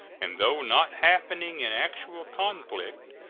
and, though not happening in actual conflict,